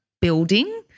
building